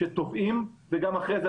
שטובעים וגם אחרי זה,